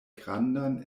grandan